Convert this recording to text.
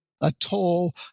atoll